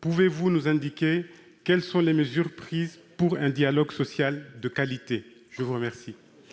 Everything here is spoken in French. Pouvez-vous nous indiquer quelles mesures sont prises pour un dialogue social de qualité ? La parole